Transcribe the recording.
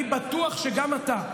אני בטוח שגם אתה,